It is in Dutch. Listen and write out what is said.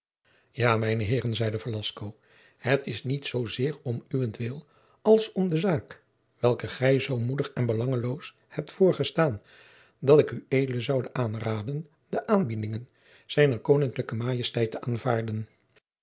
ja mijne heeren zeide velasco het is niet zoo zeer om uwent wil als om de zaak welke gij zoo moedig en belangeloos hebt voorgestaan dat ik ued zoude aanraden de aanbiedingen zijner katholijke majesteit te aanvaarden